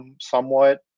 somewhat